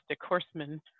horsemen